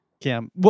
Cam